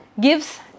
gives